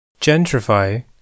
Gentrify